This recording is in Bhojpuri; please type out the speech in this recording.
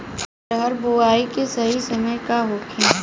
अरहर बुआई के सही समय का होखे?